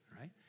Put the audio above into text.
right